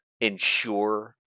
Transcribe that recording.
ensure